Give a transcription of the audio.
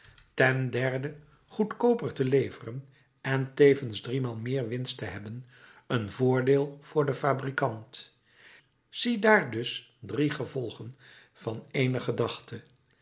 ten derde goedkooper te leveren en tevens driemaal meer winst te hebben een voordeel voor den fabrikant ziedaar dus drie gevolgen van ééne gedachte